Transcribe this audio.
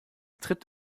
tritt